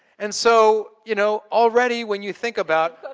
and so, you know already when you think about